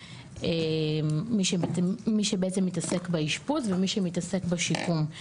מי שבעצם מתעסק באשפוז ומי שמתעסק בשיקום.